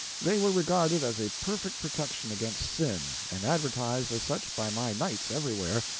they were regarded as a perfect protection against sin, and advertised as such by my knights everywhere,